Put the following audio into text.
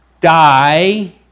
die